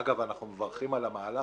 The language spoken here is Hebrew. אגב, אנחנו מברכים על המהלך.